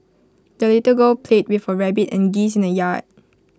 the little girl played with her rabbit and geese in the yard